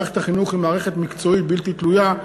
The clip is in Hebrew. מערכת החינוך היא מערכת מקצועית בלתי תלויה,